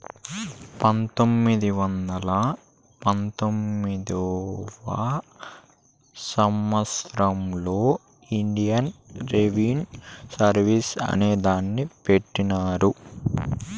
పంతొమ్మిది వందల పంతొమ్మిదివ సంవచ్చరంలో ఇండియన్ రెవిన్యూ సర్వీస్ అనే దాన్ని పెట్టినారు